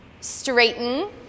straighten